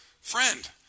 friend